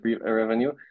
revenue